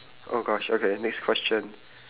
oh gosh okay next question